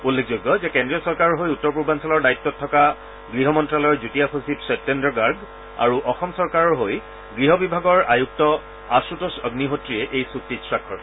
উল্লেখযোগ্য যে কেন্দ্ৰীয় চৰকাৰৰ হৈ উত্তৰ পূৰ্বাঞ্চলৰ দায়িত্বত থকা গৃহমন্ত্যালয়ৰ যুটীয়া সচিব সত্যেন্দ্ৰ গাৰ্গ আৰু অসম চৰকাৰৰ হৈ গৃহ বিভাগৰ আয়ুক্ত আশুতোষ অগ্নিহোত্ৰীয়ে এই চুক্তিত স্বাক্ষৰ কৰে